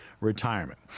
retirement